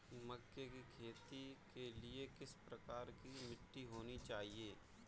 मक्के की खेती के लिए किस प्रकार की मिट्टी होनी चाहिए?